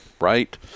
right